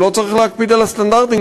הוא לא צריך להקפיד על הסטנדרטים,